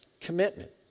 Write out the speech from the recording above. commitment